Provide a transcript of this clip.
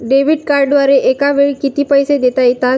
Debit कार्डद्वारे एकावेळी किती पैसे देता येतात?